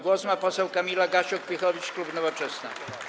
Głos ma poseł Kamila Gasiuk-Pihowicz, klub Nowoczesna.